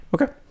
Okay